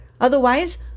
Otherwise